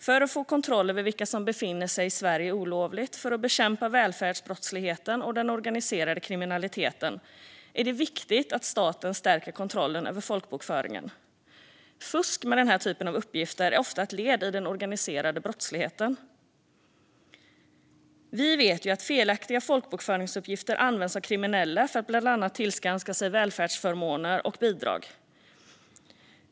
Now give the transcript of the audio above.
För att få kontroll över vilka som befinner sig i Sverige olovligt och för att bekämpa välfärdsbrottsligheten och den organiserade kriminaliteten är det viktigt att staten stärker kontrollen över folkbokföringen. Fusk med den här typen av uppgifter är ofta ett led i den organiserade brottsligheten. Vi vet att felaktiga folkbokföringsuppgifter används av kriminella för att bland annat tillskansa sig välfärdsförmåner och bidrag.